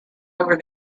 over